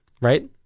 Right